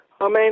Amen